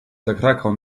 zakrakał